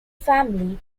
family